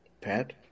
Pat